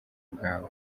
bwawe